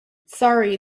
sorry